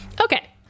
okay